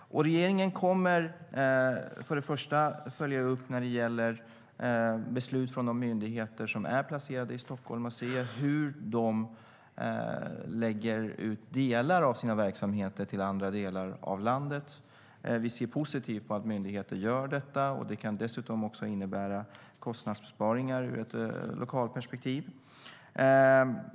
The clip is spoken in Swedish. Regeringen kommer för det första att följa upp beslut från de myndigheter som är placerade i Stockholm och se hur de lägger ut delar av sina verksamheter till andra delar av landet. Vi ser positivt på att myndigheter gör detta. Det kan dessutom innebära kostnadsbesparingar ur ett lokalt perspektiv.